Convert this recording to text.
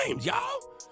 y'all